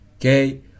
okay